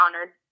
honored